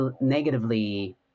negatively